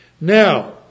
Now